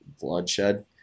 bloodshed